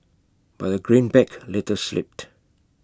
but A greenback later slipped